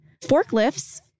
Forklifts